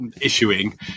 issuing